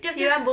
dia pun